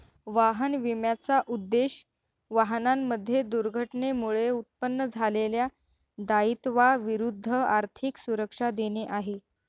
वाहन विम्याचा उद्देश, वाहनांमध्ये दुर्घटनेमुळे उत्पन्न झालेल्या दायित्वा विरुद्ध आर्थिक सुरक्षा देणे आहे